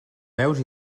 veus